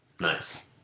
nice